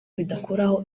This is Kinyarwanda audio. bidakuraho